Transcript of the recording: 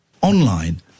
online